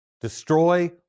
destroy